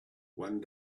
one